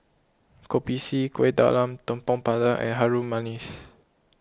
Kopi C Kuih Talam Tepong Pandan and Harum Manis